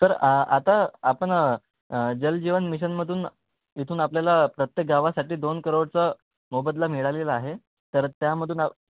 sir आता आपण जल जीवन मिशनमधून इथून आपल्याला प्रत्येक गावासाठी दोन करोडचा मोबदला मिळालेला आहे तर त्यामधून